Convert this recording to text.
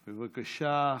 בבקשה,